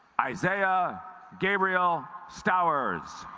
isaiah gabriel stowers